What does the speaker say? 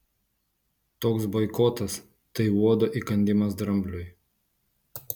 toks boikotas tai uodo įkandimas drambliui